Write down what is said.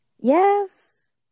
Yes